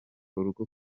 urugo